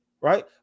Right